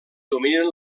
dominen